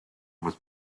was